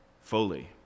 fully